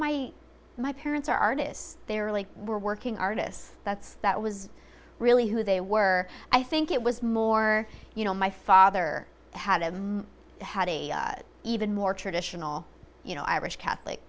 my my parents are artists there really were working artists that's that was really who they were i think it was more you know my father had had even more traditional you know irish catholic